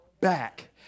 back